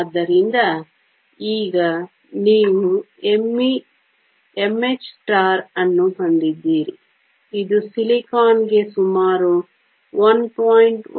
ಆದ್ದರಿಂದ ಈಗ ನೀವು mh ಅನ್ನು ಹೊಂದಿದ್ದೀರಿ ಇದು ಸಿಲಿಕಾನ್ ಗೆ ಸುಮಾರು 1